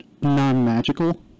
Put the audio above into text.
non-magical